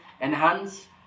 enhance